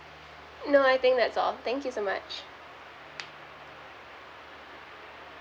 no I think that's all thank you so much